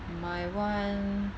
my [one]